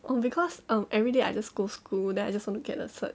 um because um everyday I just go school then I just want to get a cert